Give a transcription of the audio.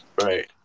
Right